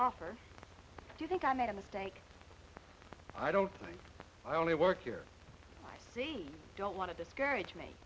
offer do you think i made a mistake i don't think i only work here i see don't want to discourage me